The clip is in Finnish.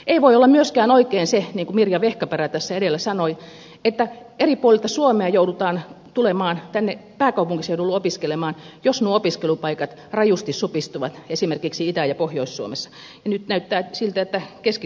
ei voi olla myöskään oikein se niin kuin mirja vehkaperä tässä edellä sanoi että eri puolilta suomea joudutaan tulemaan tänne pääkaupunkiseudulle opiskelemaan jos nuo opiskelupaikat rajusti supistuvat esimerkiksi itä ja pohjois suomessa ja nyt näyttää siltä että keski suomessakin